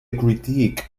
critique